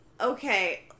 okay